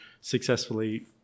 successfully